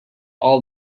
all